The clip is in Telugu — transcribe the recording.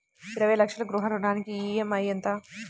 ఇరవై లక్షల గృహ రుణానికి ఈ.ఎం.ఐ ఎంత?